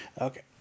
okay